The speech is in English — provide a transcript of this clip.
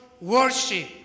worship